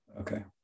Okay